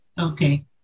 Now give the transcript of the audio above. Okay